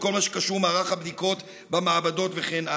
בכל מה שקשור במערך הבדיקות במעבדות וכן הלאה.